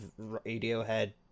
Radiohead